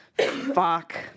Fuck